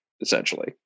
essentially